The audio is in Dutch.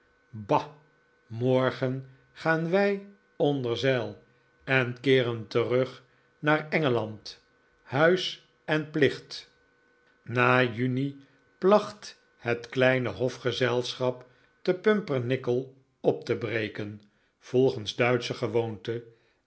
bah morgen gaan wij onder zeil en keeren terug naar engeland huis en plicht na juni placht het kleine hofgezelschap te pumpernickel op te breken volgens duitsche gewoonte